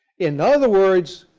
in other words,